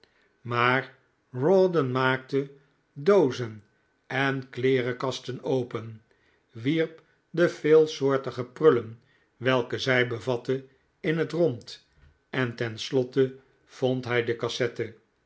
maar rawdon maakte doozen en kleerenkasten open wierp de veelsoortige prullen welke zij bevatten in het rond en ten slotte vond hij de cassette